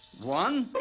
one,